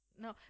no